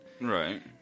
Right